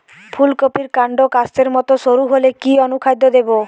ফুলকপির কান্ড কাস্তের মত সরু হলে কি অনুখাদ্য দেবো?